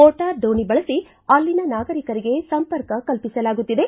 motor ದೋಣಿ ಬಳಸಿ ಅಲ್ಲಿನ ನಾಗರಿಕರಿಗೆ ಸಂಪರ್ಕ ಕಲ್ಪಿಸಲಾಗುತ್ತಿದೆ